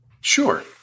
Sure